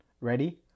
ready